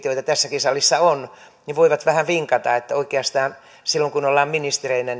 joita tässäkin salissa on voivat vähän vinkata että oikeastaan silloin kun ollaan ministereinä